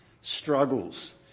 struggles